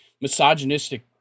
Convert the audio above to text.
misogynistic